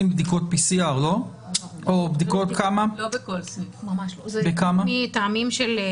אז זה אומר שאנחנו קרובים למיצוי של המתחמים.